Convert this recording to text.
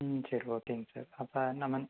ம் சரி ஓகேங்க சார் அப்போ நம்ம